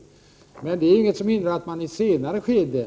Det finns emellertid inget som hindrar att man i ett senare skede